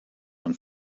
man